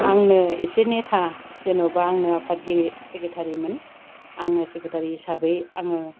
आंनो एसे नेथा जेनेबा आंनो आफादगिरि सेक्रेटारिमोन आंनो सेक्रेटारि हिसाबै आङो